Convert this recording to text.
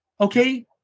Okay